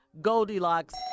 Goldilocks